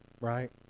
right